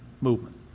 movement